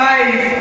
Life